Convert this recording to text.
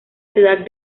ciudad